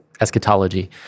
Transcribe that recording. eschatology